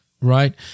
right